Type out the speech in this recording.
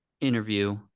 interview